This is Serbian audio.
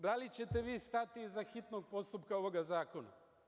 Da li ćete vi stati iza hitnog postupka ovoga zakona?